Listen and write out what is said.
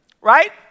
Right